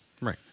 Right